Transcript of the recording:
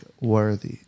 worthy